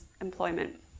employment